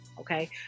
Okay